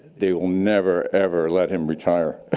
they will never, ever let him retire.